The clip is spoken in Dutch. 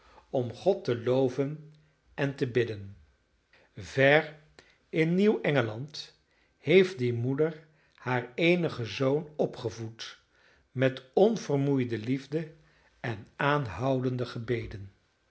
om god te loven en te bidden ver in nieuw engeland heeft die moeder haar eenigen zoon opgevoed met onvermoeide liefde en aanhoudende gebeden